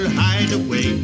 hideaway